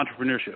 Entrepreneurship